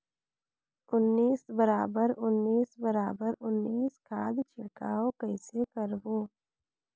उन्नीस बराबर उन्नीस बराबर उन्नीस खाद छिड़काव कइसे करबो?